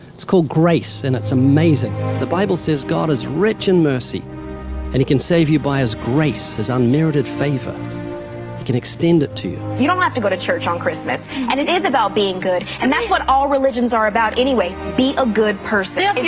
it's called grace, and it's amazing. the bible says god is rich in mercy and he can save you by his grace, his unmerited favor. he can extend it to you. you don't have to go to church on christmas, and it is about being good, and that's what's all religions are about anyway. be a good person. yeah